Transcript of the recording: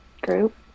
group